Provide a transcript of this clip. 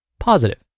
Positive